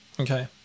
Okay